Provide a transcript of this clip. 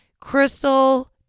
crystal